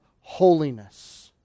holiness